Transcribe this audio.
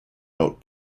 note